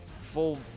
full